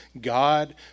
God